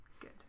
Good